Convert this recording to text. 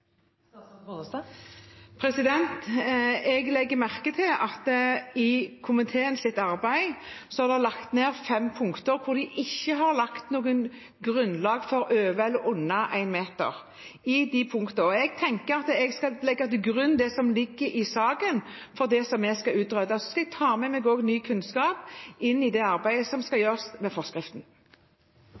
Jeg legger merke til at i komiteens arbeid har en vektlagt fem punkter, og det er ikke lagt til grunn noe om over eller under 1 meter i de punktene. Jeg tenker at jeg skal legge til grunn det som ligger i saken, for det som vi skal utrede, og så skal jeg ta med meg også ny kunnskap inn i det arbeidet som skal gjøres med forskriften.